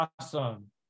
Awesome